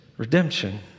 Redemption